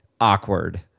awkward